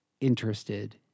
interested